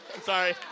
sorry